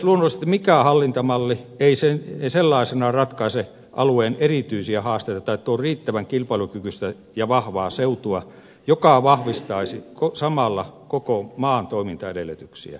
luonnollisesti mikään hallintamalli ei sellaisenaan ratkaise alueen erityisiä haasteita tai tuo riittävän kilpailukykyistä ja vahvaa seutua joka vahvistaisi samalla koko maan toimintaedellytyksiä